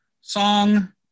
song